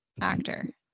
actor